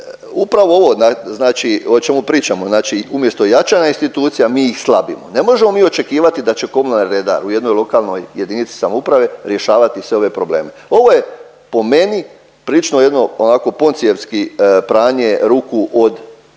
Upravo ovo znači o čemu pričamo, znači umjesto jačanja institucija mi ih slabimo. Ne možemo mi očekivati da će komunalni redar u jednoj lokalnoj jedinici samouprave rješavati sve ove probleme. Ovo je po meni prilično jedno onako Poncijevski pranje ruku od